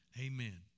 Amen